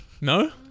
No